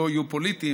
שלא יהיו פוליטיים.